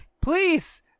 Please